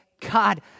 God